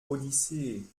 odyssee